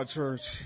church